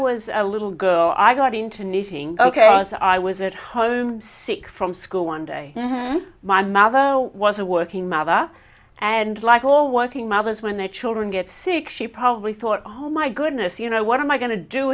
was a little girl i got into knitting ok i was at home sick from school one day when my mother was a working mother and like all working mothers when their children get sick she probably thought oh my goodness you know what am i going to do